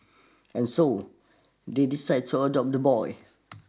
and so they decide to adopt the boy